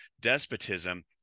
despotism